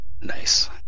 Nice